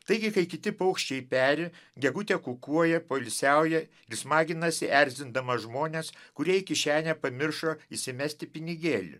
taigi kai kiti paukščiai peri gegutė kukuoja poilsiauja ir smaginasi erzindamas žmones kurie į kišenę pamiršo įsimesti pinigėlį